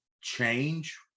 change